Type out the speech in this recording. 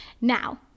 Now